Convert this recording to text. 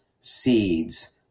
seeds